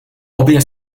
obě